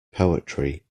poetry